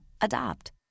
adopt